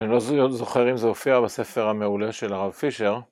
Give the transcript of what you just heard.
אני לא זוכר אם זה הופיע בספר המעולה של הרב פישר